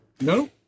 No